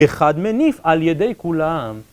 אחד מניף על ידי כולם.